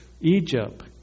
Egypt